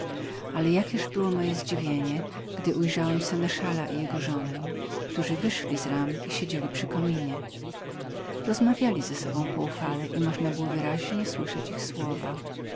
ale jakież było moje zadziwienie gdy ujrzałem seneszala i jego żonę którzy wyszli z ram i siedzieli przy kominie rozmawiali sobie poufale tak że można było wyraźnie słyszyć ich słowa